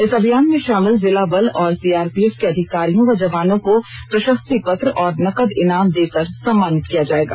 इस अभियान में शामिल जिला बल और सीआरपीएफ के अधिकारियों व जवानों को प्रशस्ति पत्र और नकद इनाम देकर सम्मानित किया जाएगा